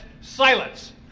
silence